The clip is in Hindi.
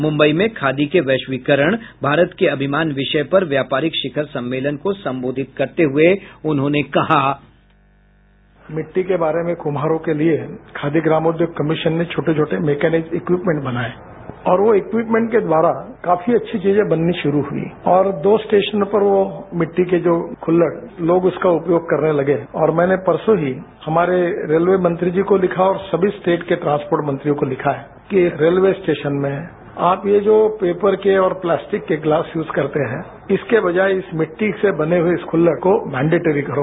मुंबई में खादी के वैश्वीकरण भारत के अभिमान विषय पर व्यापारिक शिखर सम्मेलन को संबोधित करते हुए उन्होंने कहा बाईट मिट्टी के बारे में कुम्हारों के लिए खादी ग्रामोउद्योग कमीशन ने छोटे छोटे मैकेनिक्ज एक्युप्मेंट बनाए हैं और वो एक्युम्मेंट के द्वारा काफी अच्छी चीजें बननी शुरू हुई और दो स्टेशनों पर मिट्टी के जो कुल्लड़ लोग उसका उपयोग करने लगे हैं और मैंने परसों ही हमारे रेलवे मंत्री जी को लिखा और सभी स्टेस के ट्रांसपोर्ट मंत्रियों को लिखा है कि रेलवे स्टेशन में आप ये जो पेपर के और प्लास्टिक के गिलास यूज करते हैं इसके बजाय इस मिट्टी से बने हुए इस कुल्लड़ को मेंडेटटरी करो